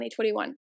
2021